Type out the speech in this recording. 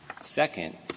Second